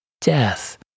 death